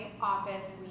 office